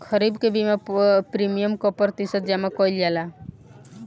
खरीफ के बीमा प्रमिएम क प्रतिशत जमा कयील जाला?